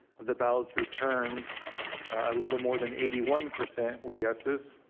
the ballads returned a little more than eighty one percent were yeses.